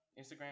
Instagram